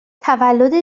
تولد